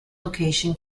location